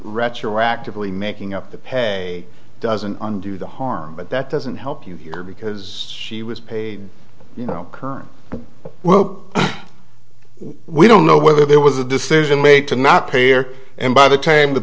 retroactively making up the pay doesn't undo the harm but that doesn't help you here because she was paid you know her well we don't know whether there was a decision made to not pay or and by the time t